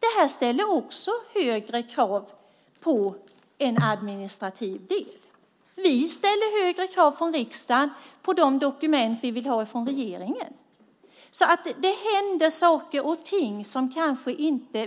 Det här ställer också högre krav på en administrativ del. Vi ställer högre krav från riksdagen på de dokument vi vill ha från regeringen. Det händer alltså saker och ting.